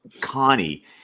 Connie